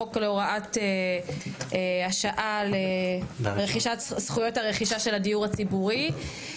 חוק להוראת השעה של זכויות הרכישה של הדיור הציבורי.